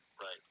right